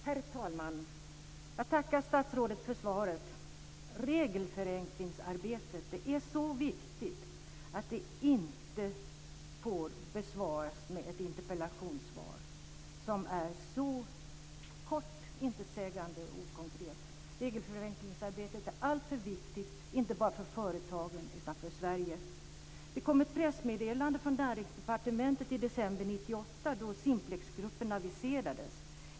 Herr talman! Jag tackar statsrådet för svaret. Frågan om regelförenklingsarbetet är så viktig att den inte får besvaras med ett interpellationssvar som är så kort, intetsägande och okonkret. Regelförenklingsarbetet är alltför viktigt, inte bara för företagen utan också för Sverige. Det kom ett pressmeddelande från Näringsdepartementet i december 1998, då Simplexkommissionen aviserades.